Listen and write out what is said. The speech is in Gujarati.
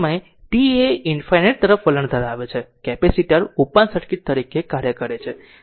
અને તે સમયે t એ ∞ તરફ વલણ ધરાવે છે કેપેસિટર ઓપન સર્કિટ તરીકે કાર્ય કરે છે